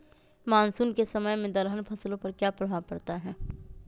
Monsoon के समय में दलहन फसलो पर क्या प्रभाव पड़ता हैँ?